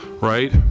right